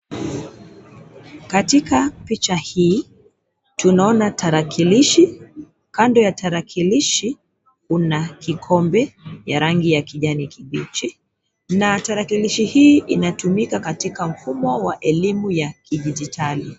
Katika picha hii tuna ona tarakilishi, kando ya tarakilishi kuna kikombe ya rangi ya kijani kibichi na tarakilishi hii inatumika katika mfumo wa elimu ya kidijitali.